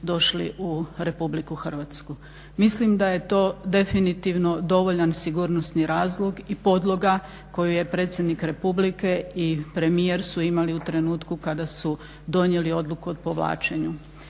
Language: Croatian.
došli u RH. Mislim da je to definitivno dovoljan sigurnosni razlog i podloga koju je predsjednik Republike i premijer su imali u trenutku kada su donijeli odluku o povlačenju.